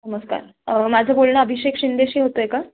नमस्कार माझं बोलणं अभिषेक शिंदेशी होत आहे का